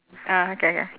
ah okay K